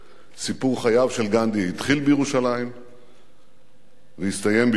סיפור חייו של גנדי התחיל בירושלים והסתיים בירושלים.